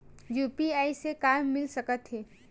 UPI से का मिल सकत हे?